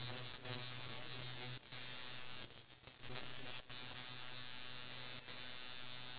I mean I will I don't think so if changing I'm not sure but if I were to bring something